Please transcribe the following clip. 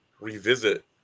revisit